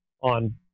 on